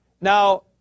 Now